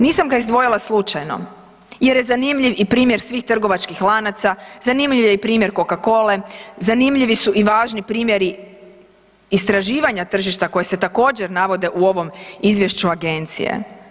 Nisam ga izdvojila slučajno jer je zanimljiv i primjer svih trgovačkih lanaca, zanimljiv je i primjer Coca-Cole, zanimljivi su i važni primjeri istraživanja tržišta koje se također navode u ovom izvješću agencije.